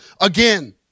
again